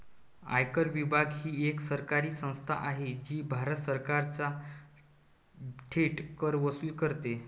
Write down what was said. आयकर विभाग ही एक सरकारी संस्था आहे जी भारत सरकारचा थेट कर वसूल करते